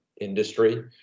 industry